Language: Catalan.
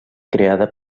creada